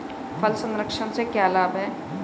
फल संरक्षण से क्या लाभ है?